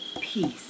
Peace